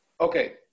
Okay